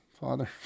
Father